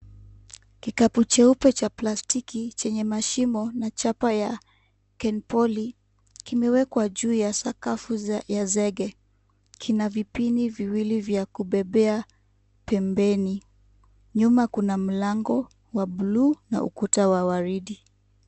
Kikapu cheupe cha plastiki chenye mashimo na chapo ya kenpoly kimewekwa juu ya sakafu ya zege. Kina vipini viwili vya kubebea pembeni. Nyuma kuna mlango wa buluu na ukuta wa waridi.